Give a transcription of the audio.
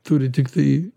turi tiktai